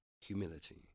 humility